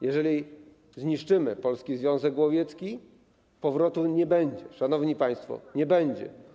Jeżeli zniszczymy Polski Związek Łowiecki, powrotu nie będzie, szanowni państwo, nie będzie.